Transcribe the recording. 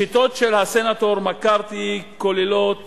השיטות של הסנטור מקארתי כוללות